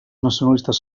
nacionalistes